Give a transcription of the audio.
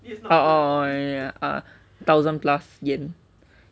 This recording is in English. oh ya ya ya thousand plus yan